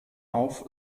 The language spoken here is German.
auf